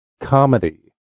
Comedy